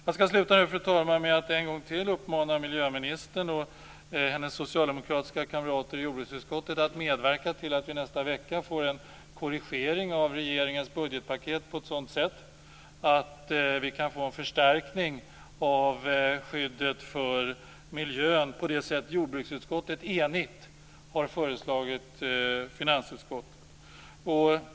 Jag skall sluta nu, fru talman, med att uppmana miljöministern och hennes socialdemokratiska kamrater i jordbruksutskottet att medverka till att vi nästa vecka får en korrigering av regeringens budgetpaket så att vi kan få en förstärkning av skyddet för miljön på det sätt som jordbruksutskottet enhälligt har föreslagit finansutskottet.